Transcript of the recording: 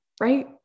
right